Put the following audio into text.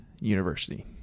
University